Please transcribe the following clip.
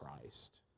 christ